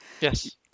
Yes